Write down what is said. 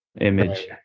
Image